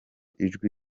ijwi